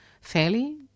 fairly